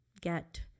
get